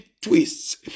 twists